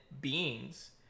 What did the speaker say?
beings